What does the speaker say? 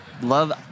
Love